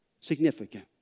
Significant